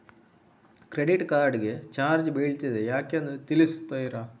Credit card ಗೆ charge ಬೀಳ್ತಿದೆ ಯಾಕೆಂದು ತಿಳಿಸುತ್ತೀರಾ?